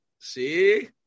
See